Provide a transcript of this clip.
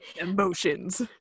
emotions